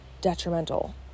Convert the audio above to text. detrimental